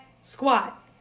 squat